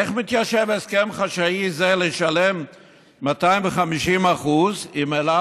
איך מתיישב הסכם חשאי זה לשלם 250% על טיסות שבת עם אל על,